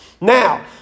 Now